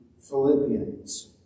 Philippians